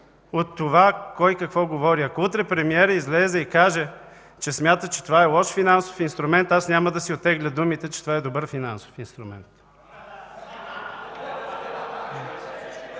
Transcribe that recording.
от това кой какво говори. Ако утре премиерът излезе и каже, че смята, че това е лош финансов инструмент, аз няма да си оттегля думите, че това е добър финансов инструмент.